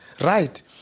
right